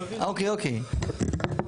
אוקיי, אוקיי.